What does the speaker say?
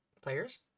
players